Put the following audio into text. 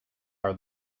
are